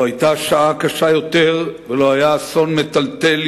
לא היתה שעה קשה יותר ולא היה אסון מטלטל